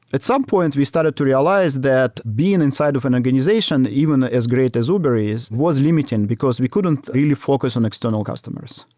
at some point, we started to realize that being inside of an organization even ah as great as uber is was limiting, because we couldn't really focus on external customers,